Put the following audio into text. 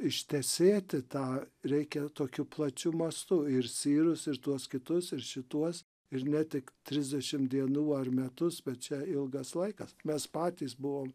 ištesėti tą reikia tokiu plačiu mastu ir sirus ir tuos kitus ir šituos ir ne tik trisdešim dienų ar metus bet čia ilgas laikas mes patys buvom